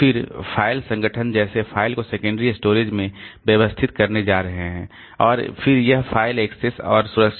फिर फ़ाइल संगठन कैसे फ़ाइल को सेकेंडरी स्टोरेज में व्यवस्थित करने जा रहा है और फिर यह फ़ाइल एक्सेस और सुरक्षा